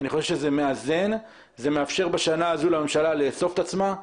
אני חושב שזה מאזן וזה מאפשר בשנה הזו לממשלה לאסוף את עצמה,